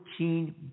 14